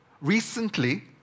Recently